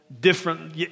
different